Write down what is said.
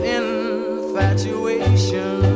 infatuation